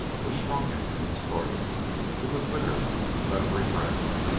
was shrunken and distorted it was withered and leathery-brown,